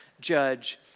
judge